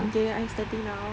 okay I starting now